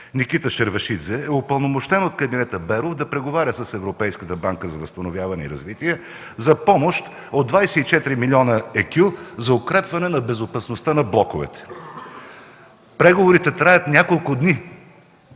Никита Шервашидзе е упълномощен от кабинета Беров да преговаря с Европейска банка за възстановяване и развитие за помощ от 24 милиона екю за укрепване на безопасността на блоковете. Преговорите траят няколко дни